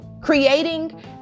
Creating